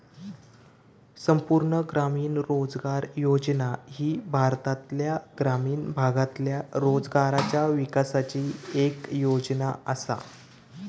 संपूर्ण ग्रामीण रोजगार योजना ही भारतातल्या ग्रामीण भागातल्या रोजगाराच्या विकासाची येक योजना आसा